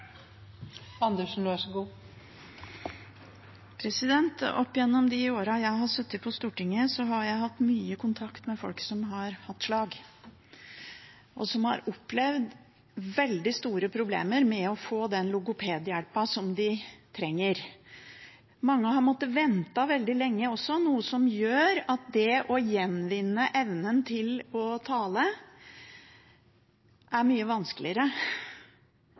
som har opplevd veldig store problemer med å få den logopedhjelpen som de trenger. Mange har måttet vente veldig lenge også, noe som gjør at det å gjenvinne evnen til å tale er mye vanskeligere.